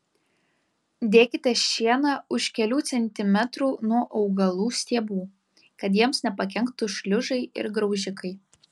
dėkite šieną už kelių centimetrų nuo augalų stiebų kad jiems nepakenktų šliužai ir graužikai